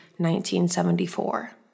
1974